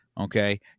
Okay